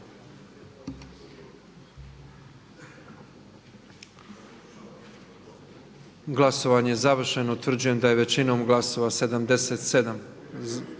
Glasovanje je završeno. Utvrđujem da smo većinom glasova 122